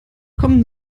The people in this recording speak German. kommen